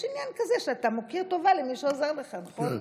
יש עניין כזה שאתה מכיר טובה למי שעוזר לך, נכון?